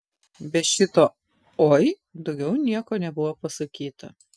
be šito oi daugiau nieko nebuvo pasakyta